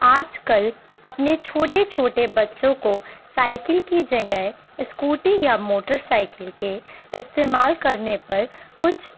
آج کل اپنے چھوٹے چھوٹے بچوں کو سائیکل کی جگہ اسکوٹی یا موٹر سائیکل کے استعمال کرنے پر کچھ